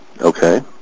Okay